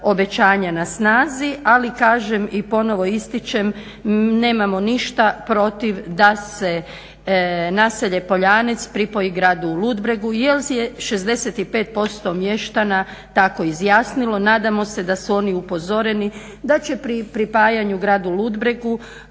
na snazi, ali kažem i ponovo ističem, nemamo ništa protiv da se naselje Poljanec pripoji gradu Ludbregu jer je 65% mještana tako izjasnilo. Nadamo se da su oni upozoreni da će pri pripajanju gradu Ludbregu